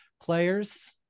players